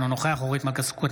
אינו נוכח אורית מלכה סטרוק,